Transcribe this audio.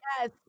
Yes